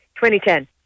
2010